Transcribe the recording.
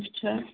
اچھا